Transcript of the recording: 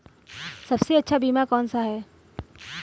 सबसे अच्छा बीमा कौनसा है?